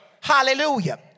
Hallelujah